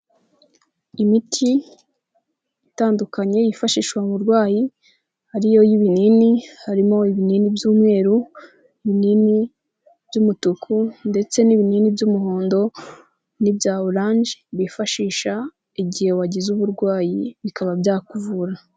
Imiti itandukanye yifashishwa uwo murwayi ariyo y'ibinini, harimo ibinini by'umweru, binini by'umutuku, ndetse n'ibinini by'umuhondo n'ibya orange bifashisha igihe wagize uburwayi bikaba byakuvura.